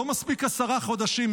לא מספיק עשרה חודשים,